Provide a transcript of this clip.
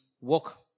walk